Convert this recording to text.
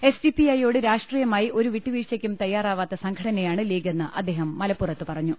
S D പിഐയോട് രാഷ്ട്രീ യമായി ഒരു വിട്ടുവീഴ്ചക്കും തയ്യാറാവാത്ത സംഘടനയാണ് ലീഗെന്ന് അദ്ദേഹം മലപ്പുറത്ത് പറഞ്ഞു